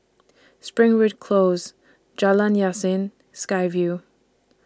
Springwood Close Jalan Yasin and Sky Vue